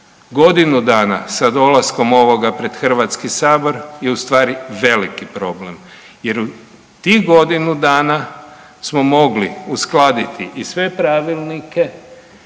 godinu dana sa dolaskom ovoga pred HS je ustvari veliki problem jer u tih godinu dana smo mogli uskladiti i sve pravilnike